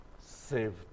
saved